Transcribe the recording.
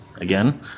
again